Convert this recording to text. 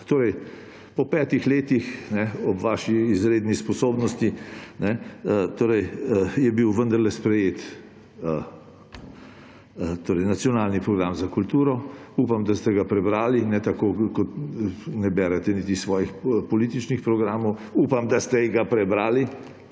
da po petih letih ob vaši izredni sposobnosti, je bil vendarle sprejet Nacionalni program za kulturo. Upam, da ste ga prebrali in ne tako, kot ne berete niti svojih političnih programov, upam, da ste ga prebrali,